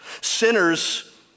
Sinners